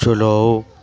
چلاؤ